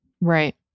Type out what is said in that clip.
Right